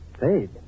Paid